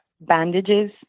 bandages